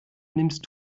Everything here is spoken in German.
nimmst